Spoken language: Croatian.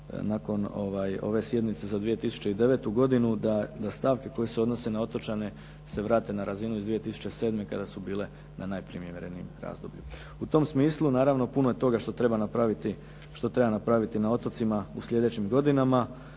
nakon ove sjednice za 2009. godinu da stavke koje se odnose na otočane se vrate na razinu iz 2007. kada su bile na najprimjerenijem razdoblju. U tom smislu, naravno puno je toga što treba napraviti na otocima u sljedećim godinama.